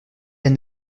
elle